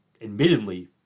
admittedly